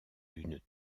d’une